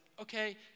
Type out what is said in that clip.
okay